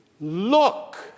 look